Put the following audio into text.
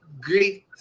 great